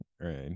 Right